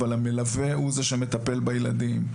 אבל המלווה הוא זה שמטפל בילדים,